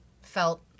felt